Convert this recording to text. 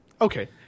Okay